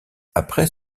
après